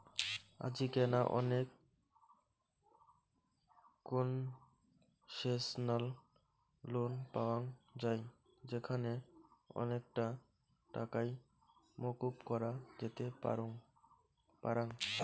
আজিকেনা অনেক concessional loan পাওয়াঙ যাই যেখানে অনেকটা টাকাই মকুব করা যেতে পারাং